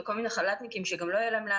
וכל מיני חל"תניקים שגם לא יהיה להם לאן